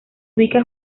ubica